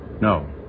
No